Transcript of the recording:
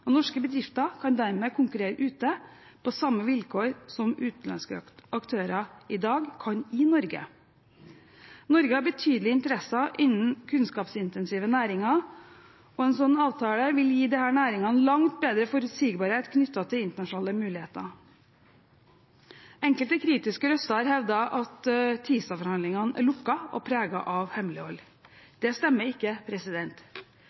og norske bedrifter kan dermed konkurrere ute på samme vilkår som utenlandske aktører i dag kan i Norge. Norge har betydelige interesser innen kunnskapsintensive næringer, og en slik avtale vil gi disse næringene langt bedre forutsigbarhet knyttet til internasjonale muligheter. Enkelte kritiske røster har hevdet at TISA-forhandlingene er lukkede og preget av